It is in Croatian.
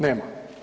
Nema.